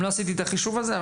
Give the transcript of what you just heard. לא עשיתי את החישוב הזה,